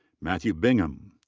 matthew bingham.